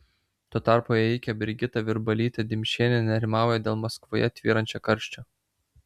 tuo tarpu ėjikė brigita virbalytė dimšienė nerimauja dėl maskvoje tvyrančio karščio